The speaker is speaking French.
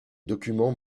documents